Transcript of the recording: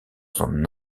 son